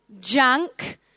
Junk